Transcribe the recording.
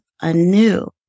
anew